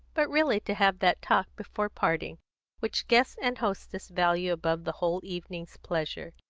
but really to have that talk before parting which guest and hostess value above the whole evening's pleasure.